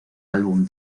álbum